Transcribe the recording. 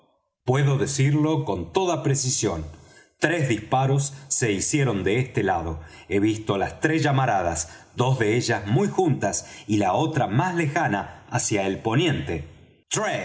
puedo decirlo con toda precisión tres disparos se hicieron de este lado he visto las tres llamaradas dos de ellas muy juntas y la otra más lejana hacia el poniente